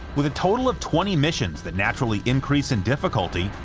with a total of twenty missions that naturally increase in difficulty,